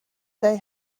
they